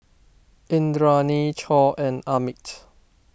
Indranee Choor and Amit